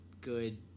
good